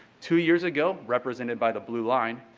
two years ago represented by the blue line,